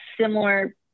similar